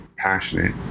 Passionate